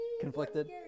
conflicted